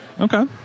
Okay